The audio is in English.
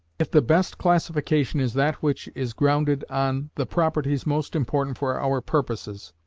if the best classification is that which is grounded on the properties most important for our purposes,